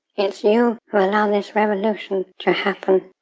it's you who allow this revolution to happen.